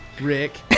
rick